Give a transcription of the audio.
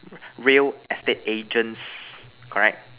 real estate agents correct